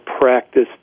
practice